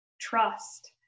trust